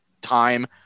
time